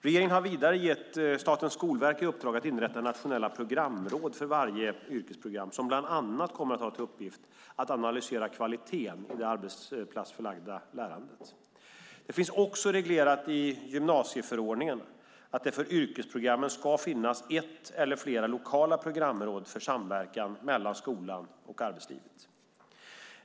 Regeringen har vidare gett Statens skolverk i uppdrag att inrätta nationella programråd för varje yrkesprogram som bland annat kommer att ha till uppgift att analysera kvaliteten i det arbetsplatsförlagda lärandet. Det finns också reglerat i gymnasieförordningen att det för yrkesprogrammen ska finnas ett eller flera lokala programråd för samverkan mellan skolan och arbetslivet.